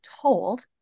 told